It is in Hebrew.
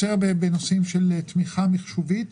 יותר בנושאים של תמיכה מחשובית.